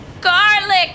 Garlic